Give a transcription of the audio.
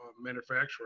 manufacturer